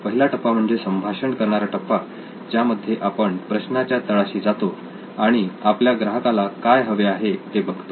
पहिला टप्पा म्हणजे संभाषण करणारा टप्पा ज्यामध्ये आपण प्रश्नाच्या तळाशी जातो आणि आपल्या ग्राहकाला काय हवे आहे ते बघतो